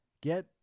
Get